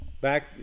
Back